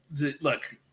look